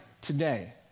today